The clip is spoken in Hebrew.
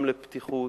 גם לפתיחות,